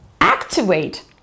activate